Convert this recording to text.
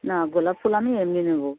না গোলাপ ফুল আমি এমনি নেবো